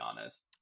honest